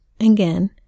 Again